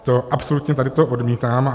To absolutně tady to odmítám.